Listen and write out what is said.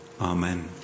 Amen